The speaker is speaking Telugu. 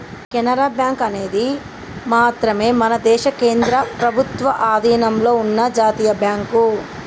కెనరా బ్యాంకు అనేది మాత్రమే మన దేశ కేంద్ర ప్రభుత్వ అధీనంలో ఉన్న జాతీయ బ్యాంక్